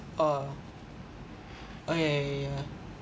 oh uh yeah yeah yeah